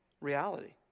reality